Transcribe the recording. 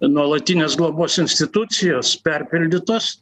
nuolatinės globos institucijos perpildytos